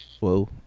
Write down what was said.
Whoa